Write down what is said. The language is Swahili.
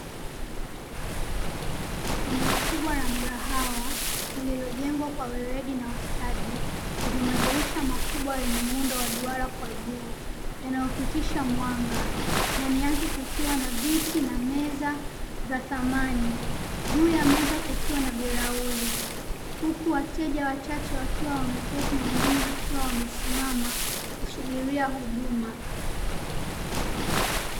Eneo kubwa la mgahawa lilojengwa kwa weledi na ustadi lenye madirisha makubwa yenye muundo wa duara kwa juu yanayopitisha mwanga, ndani yake kukiwa na viti na meza za thamani, juu ya meza kukiwa na birauli, huku wateja wachache wakiwa wameketi na kusimama kusubiria huduma.